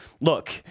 Look